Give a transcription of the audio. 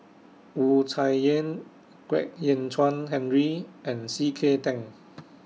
Wu Tsai Yen Kwek Hian Chuan Henry and C K Tang